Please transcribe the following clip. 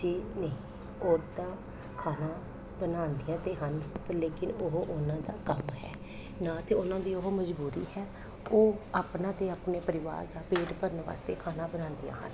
ਜੀ ਨਹੀਂ ਔਰਤਾਂ ਖਾਣਾ ਬਣਾਉਂਦੀਆਂ ਤਾਂ ਹਨ ਲੇਕਿਨ ਉਹ ਉਹਨਾਂ ਦਾ ਕੰਮ ਹੈ ਨਾ ਤਾਂ ਉਹਨਾਂ ਦੀ ਉਹ ਮਜਬੂਰੀ ਹੈ ਉਹ ਆਪਣਾ ਅਤੇ ਆਪਣੇ ਪਰਿਵਾਰ ਦਾ ਪੇਟ ਭਰਨ ਵਾਸਤੇ ਖਾਣਾ ਬਣਾਉਂਦੀਆਂ ਹਨ